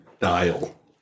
dial